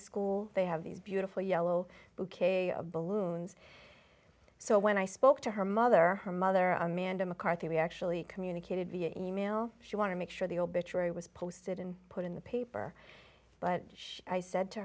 school they have these beautiful yellow bouquet of balloons so when i spoke to her mother her mother amanda mccarthy actually communicated via e mail she want to make sure the obituary was posted and put in the paper but i said to